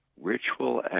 Ritual